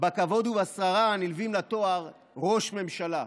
בכבוד ובשררה הנלווים לתואר ראש ממשלה.